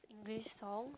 English songs